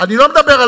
אני לא מדבר על